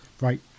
right